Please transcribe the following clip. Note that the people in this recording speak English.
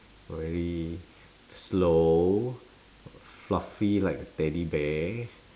very slow fluffy like a teddy bear